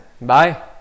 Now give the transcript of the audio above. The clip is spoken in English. bye